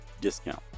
discount